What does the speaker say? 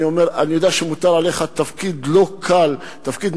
אני יודע שמוטל עליך תפקיד מאוד קשה,